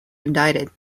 indicted